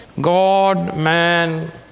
God-man